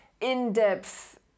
in-depth